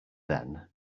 then